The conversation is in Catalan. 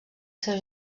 seu